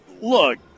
look